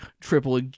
triple